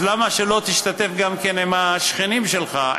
אז למה שלא תשתף גם את השכנים שלך,